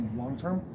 long-term